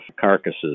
carcasses